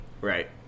Right